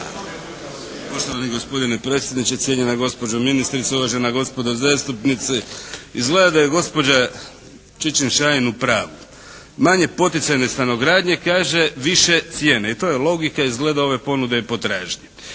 Poštovani gospodine predsjedniče, cijenjena gospođo ministrice, uvažena gospodo zastupnici. Izgleda da je gospođa Čičin-Šain u pravu. Manje poticajne stanogradnje kaže više cijene i to je logika izgleda ove ponude i potražnje.